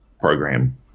program